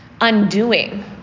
undoing